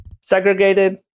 segregated